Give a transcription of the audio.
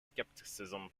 skepticism